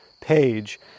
page